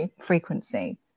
frequency